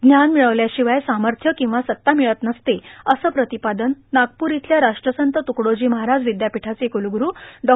ज्ञान मिळवल्याशिवाय सामर्थ्य किंवा सत्ता मिळत नसते असं प्रतिपादन नागपूर इथल्या राष्ट्रसंत तुकडोजी महाराज विद्यापीठाचे कुलगुरू डॉ